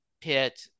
pit